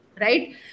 Right